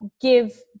give